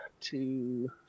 two